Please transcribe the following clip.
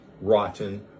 rotten